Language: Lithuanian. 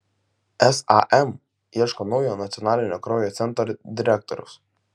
sam ieško naujo nacionalinio kraujo centro direktoriaus